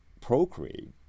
procreate